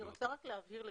אני רוצה להבהיר.